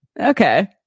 okay